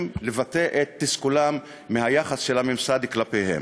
לבטא את תסכולם מהיחס של הממסד כלפיהם.